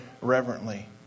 reverently